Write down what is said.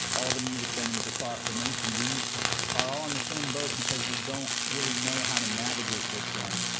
all the music venues across the nation, we are all in the same boat because we don't really know how to navigate this one